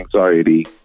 anxiety